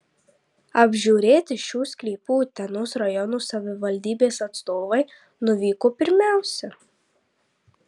apžiūrėti šių sklypų utenos rajono savivaldybės atstovai nuvyko pirmiausia